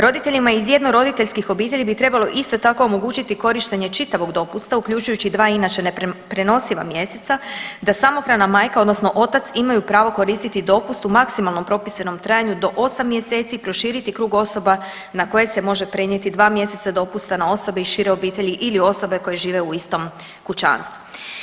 Roditeljima iz jednoroditeljskih obitelji bi trebalo isto tako omogućiti korištenje čitavog dopusta uključujući dva inače neprenosiva mjeseca da samohrana majka odnosno otac imaju pravo koristiti dopust u maksimalnom propisanom trajanju do 8 mjeseci, proširiti krug osoba na koje se može prenijeti dva mjeseca dopusta na osobe iz šire obitelji ili osobe koje žive u istom kućanstvu.